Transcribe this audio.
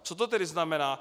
Co to tedy znamená?